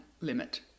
limit